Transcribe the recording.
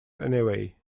anyway